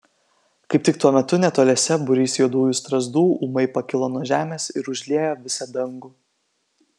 kaip tik tuo metu netoliese būrys juodųjų strazdų ūmai pakilo nuo žemės ir užliejo visą dangų